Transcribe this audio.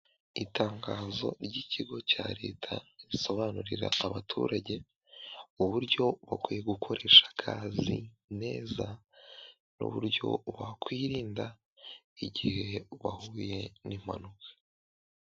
Itangazo ry'ikigo cya leta risobanurira abaturage uburyo bakwiye gukoresha gazi neza n'uburyo wakwirinda igihe wahuye n'impanuka.